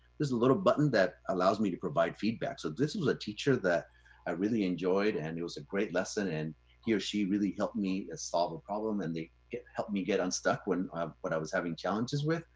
there's a little button that allows me to provide feedback. so this was a teacher that i really enjoyed. and it was a great lesson. and he or she really helped me solve a problem. and they helped me get unstuck, when i um when i was having challenges with,